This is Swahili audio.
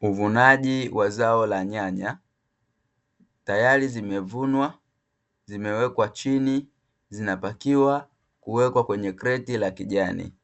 Uvunaji wa zao la nyanya. Tayari zimevunwa zimewekwa chini, zinapakiwa kuwekwa kwenye kreti la kijani.